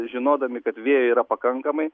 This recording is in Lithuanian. žinodami kad vėjo yra pakankamai